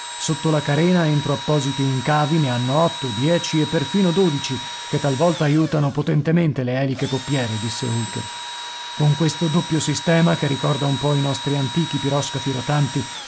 sotto la carena entro appositi incavi ne hanno otto dieci e perfino dodici che talvolta aiutano potentemente le eliche poppiere disse holker con questo doppio sistema che ricorda un po i nostri antichi piroscafi rotanti